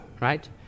right